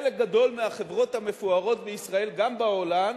חלק גדול מהחברות המפוארות בישראל, גם בעולם,